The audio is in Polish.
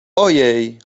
ojej